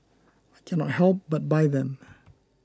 I can not help but buy them